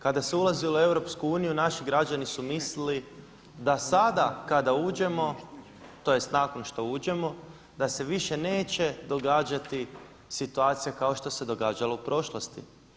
Kada se ulazilo u EU naši građani su mislili da sada kada uđemo, tj. nakon što uđemo, da se više neće događati situacija kao što se događalo u prošlosti.